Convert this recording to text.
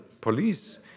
police